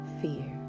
fear